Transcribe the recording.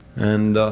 and,